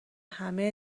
همه